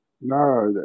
no